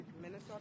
Minnesota